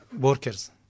workers